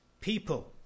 people